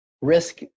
risk